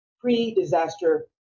pre-disaster